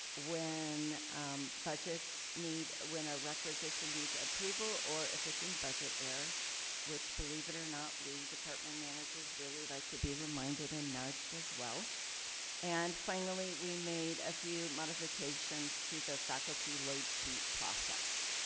when budgets need, when a requisition needs approval or if it's in budget error which, believe it or not, we department managers really like to be reminded and nudged as well and, finally, we made a few modifications to the faculty load sheet process.